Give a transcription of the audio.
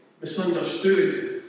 misunderstood